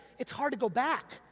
it's hard to go back,